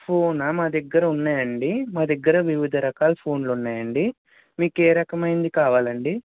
ఫోనా మా దగ్గర ఉన్నాయండి మా దగ్గర వివిధ రకాల ఫోన్లు ఉన్నాయండి మీకు ఏ రకమైనది కావాలండి